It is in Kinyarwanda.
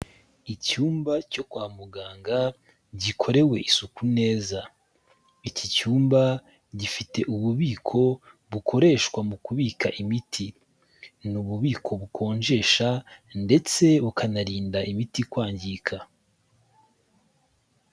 Icyumba cyo kwa muganga gikorewe isuku neza, iki cyumba gifite ububiko bukoreshwa mu kubika imiti, ni ububiko bukonjesha ndetse bukanarinda imiti kwangirika.